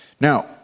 Now